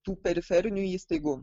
tų periferinių įstaigų